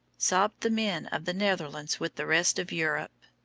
sobbed the men of the netherlands with the rest of europe